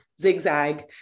zigzag